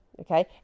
okay